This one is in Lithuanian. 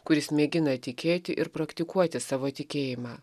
kuris mėgina tikėti ir praktikuoti savo tikėjimą